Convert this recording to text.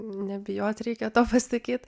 nebijot reikia to pasakyt